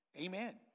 Amen